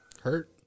Hurt